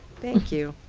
thank you.